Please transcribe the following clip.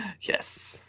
Yes